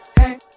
hey